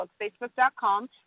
facebook.com